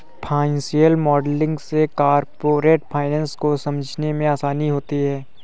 financial modelling से corporate finance को समझने में आसानी होती है